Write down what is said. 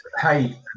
hey